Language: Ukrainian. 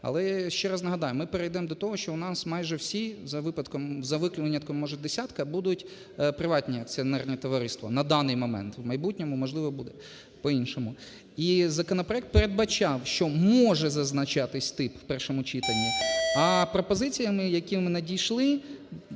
Але ще раз нагадаю, ми перейдемо до того, що у нас майже всі за випадком… за винятком, може десятка будуть приватні акціонерні товариства, на даний момент, в майбутньому, можливо, буде по іншому. І законопроект передбачав, що може зазначатись тип в першому читанні. А пропозиціями, які надійшли